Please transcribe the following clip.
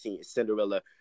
Cinderella